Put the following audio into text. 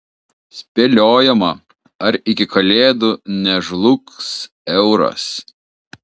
spėliojama ar iki kalėdų nežlugs euras